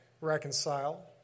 reconcile